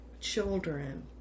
children